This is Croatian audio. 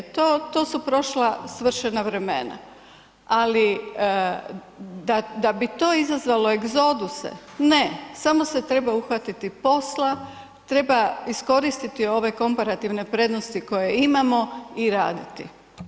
To su prošla, svršena vremena, ali da bi to izazvalo egzoduse ne, samo se treba uhvatiti posla, treba iskoristiti ove komparativne prednosti koje imamo i raditi.